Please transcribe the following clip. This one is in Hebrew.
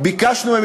ביקשנו מהם,